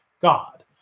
God